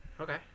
Okay